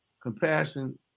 compassion